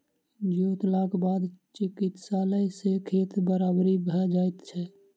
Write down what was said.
जोतलाक बाद चौकियेला सॅ खेत बराबरि भ जाइत छै